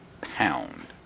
pound